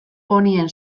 ponien